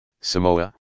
Samoa